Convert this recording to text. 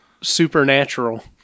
supernatural